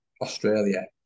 Australia